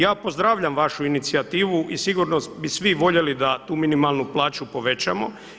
Ja pozdravljam vašu inicijativu i sigurno bi svi voljeli da tu minimalnu plaću povećamo.